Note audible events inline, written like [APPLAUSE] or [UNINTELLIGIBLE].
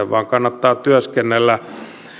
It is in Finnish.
[UNINTELLIGIBLE] vaan kannattaa työskennellä